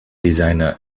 designer